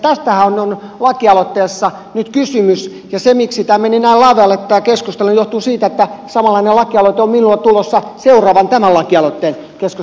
tästähän on lakialoitteessa nyt kysymys ja se miksi tämä keskustelu meni näin lavealle johtuu siitä että samanlainen lakialoite on minulla tulossa seuraavana tämän lakialoitteen keskustelun jälkeen